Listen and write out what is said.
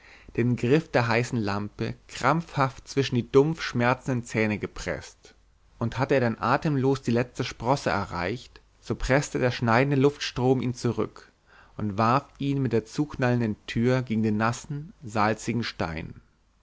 den griff der heißen lampe krampfhaft zwischen die dumpf schmerzenden zähne gepreßt und hatte er dann atemlos die letzte sprosse erreicht so preßte der schneidende luftstrom ihn zurück und warf ihn mit der zuknallenden tür gegen den nassen salzigen stein